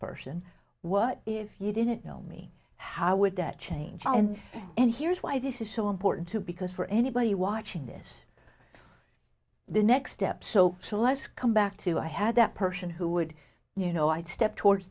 person what if you didn't know me how would that change and and here's why this is so important too because for anybody watching this the next step so celeste come back to i had that person who would you know i'd step towards